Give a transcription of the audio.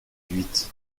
huit